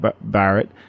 Barrett